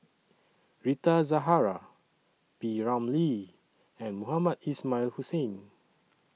Rita Zahara P Ramlee and Mohamed Ismail Hussain